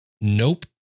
Nope